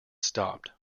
stopped